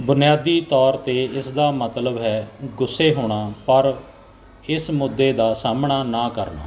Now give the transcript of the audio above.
ਬੁਨਿਆਦੀ ਤੌਰ 'ਤੇ ਇਸ ਦਾ ਮਤਲਬ ਹੈ ਗੁੱਸੇ ਹੋਣਾ ਪਰ ਇਸ ਮੁੱਦੇ ਦਾ ਸਾਹਮਣਾ ਨਾ ਕਰਨਾ